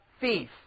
thief